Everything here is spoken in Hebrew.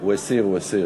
הוא הסיר, הוא הסיר.